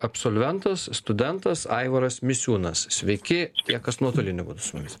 absolventas studentas aivaras misiūnas sveiki tie kas nuotoliniu būdu su mumis